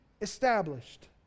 established